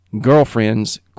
girlfriends